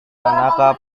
tanaka